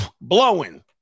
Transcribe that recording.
blowing